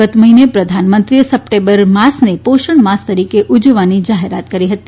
ગત મહિને પ્રધાનમંત્રીએ સપ્ટેમ્બર માસને પોષણ માસ તરીકે ઉજવવાની જાહેરાત કરી હતી